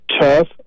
tough